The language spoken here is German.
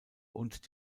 und